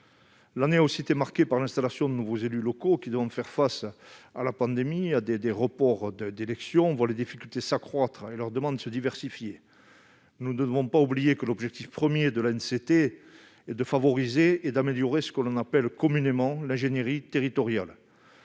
L'année a aussi été marquée par l'installation de nouveaux élus locaux, qui devront faire face à la pandémie et à des reports d'élections. On voit les difficultés s'accroître et les demandes se diversifier. Nous ne devons pas oublier que l'objectif premier de l'ANCT est de favoriser et d'améliorer ce que l'on appelle communément l'ingénierie territoriale.